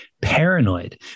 paranoid